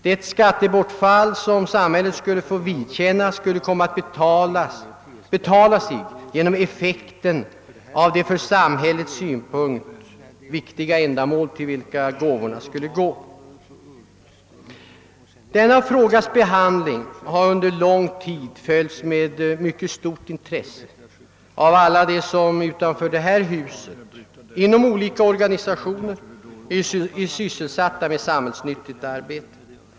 Det skattebortfall som samhället skulle få vidkännas skulle komma att betala sig genom effekten av de från samhällets synpunkt viktiga ändamål till vilka gåvorna skulle gå. Denna frågas behandling har under lång tid följts med mycket stort intresse av alla dem som utanför detta hus inom olika organisationer är sysselsatta med samhällsnyttigt arbete.